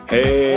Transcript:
Hey